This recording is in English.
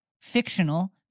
fictional